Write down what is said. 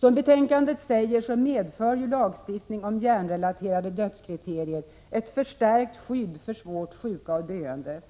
Som sägs i betänkandet medför lagstiftning om hjärnrelaterade dödskriterier ett förstärkt skydd för svårt sjuka och döende.